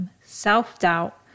self-doubt